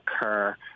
occur